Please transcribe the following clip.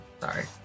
Sorry